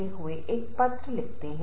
तो वास्तव में समूह क्या है